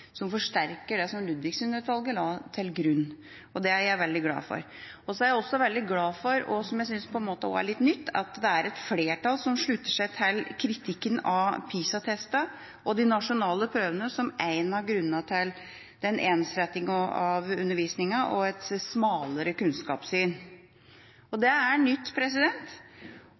som forsterker det som Ludvigsen-utvalget la til grunn. Det er jeg veldig glad for. Så er jeg også veldig glad for – og som jeg synes på en måte også er litt nytt – at det er et flertall som slutter seg til kritikken av PISA-testene og de nasjonale prøvene som en av grunnene til ensrettingen av undervisningen og et smalere kunnskapssyn. Det er nytt, og jeg synes det er